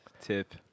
Tip